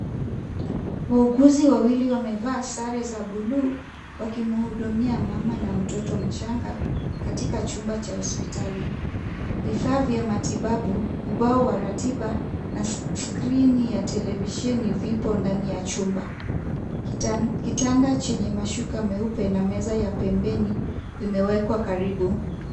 Wauguzi wawili wamevaa sare za bluu wakimhudumia mama na mtoto mchanga katika chumba cha hospitali. Vifaa vya matibabu, ubao wa ratiba na skrini ya televisheni vipo ndani ya chumba. Kitanda chenye mashuka meupe na meza ya pembeni vimewekwa karibu.